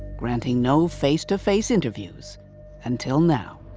granting no face-to-face interviews until now.